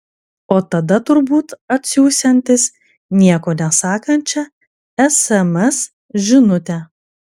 o tada turbūt atsiųsiantis nieko nesakančią sms žinutę